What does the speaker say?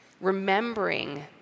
remembering